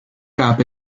gab